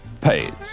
pays